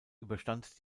überstand